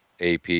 AP